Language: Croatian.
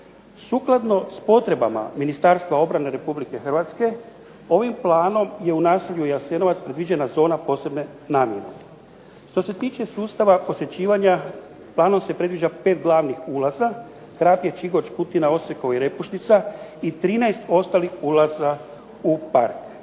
Sukladno s potrebama Ministarstva obrane Republike Hrvatske ovim planom je u naselju Jasenovac predviđena zona posebne namjene. Što se tiče sustava posjećivanja planom se predviđa pet glavnih ulaza Krapje, Čigoč, Kutina, Osekovo i REpušnica i 13 ostalih ulaza u Park.